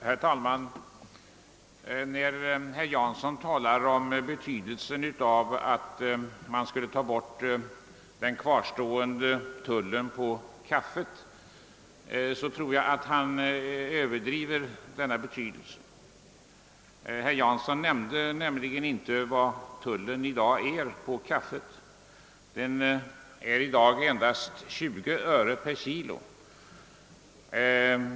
Herr talman! Herr Jansson talade om att man borde ta bort den kvarstående tullen på kaffe. Jag tror att han överdriver betydelsen av en sådan åtgärd. Herr Jansson nämnde inte att tullen på kaffe i dag utgör endast 20 öre per kilo.